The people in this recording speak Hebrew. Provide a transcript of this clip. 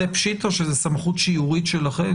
זה פשיטה שזאת סמכות שיורית שלכם.